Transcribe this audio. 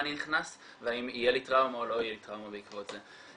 אני נכנס והאם תהיה לי או לא תהיה לי טראומה בעקבות זה.